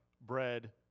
bread